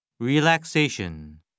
Relaxation